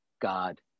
God